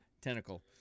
tentacle